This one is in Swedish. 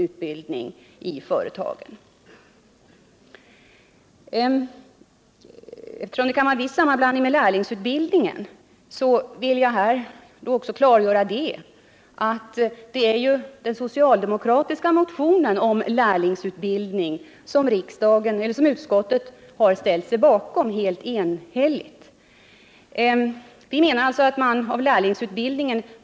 Eftersom det i det här avseendet är risk för att det kan bli en viss sammanblandning med lärlingsutbildningen vill jag här också klargöra de synpunkter vi har framfört på denna i vår motion, som ett enhälligt utskott har ställt sig bakom. Vi menar att man måste göra någonting vettigt av lärlingsutbildningen.